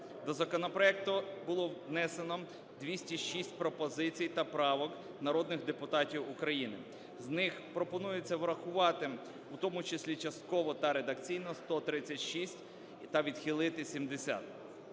До законопроекту було внесено 206 пропозицій та правок народних депутатів України. З них пропонується врахувати, в тому числі частково та редакційно, 136 та відхилити 70.